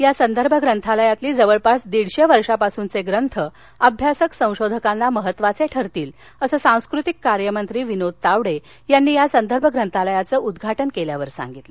या संदर्भ ग्रंथालयातील जवळपास दीडशे वर्षापासूनचे ग्रंथ अभ्यासक संशोधकांना महत्त्वाये ठरतील असं सांस्कृतिक कार्यमंत्री विनोद तावडे यांनी या संदर्भ ग्रंथालयाचं उद्घाटन करताना सांगितलं